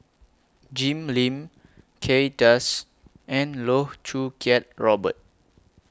Jim Lim Kay Das and Loh Choo Kiat Robert